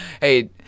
Hey